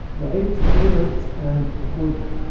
we're able to play notes and record them.